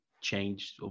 changed